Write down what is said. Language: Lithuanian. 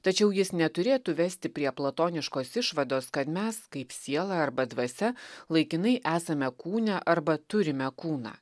tačiau jis neturėtų vesti prie platoniškos išvados kad mes kaip siela arba dvasia laikinai esame kūne arba turime kūną